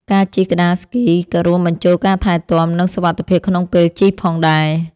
ការជិះក្ដារស្គីក៏រួមបញ្ចូលការថែទាំ និងសុវត្ថិភាពក្នុងពេលជិះផងដែរ។